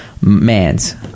man's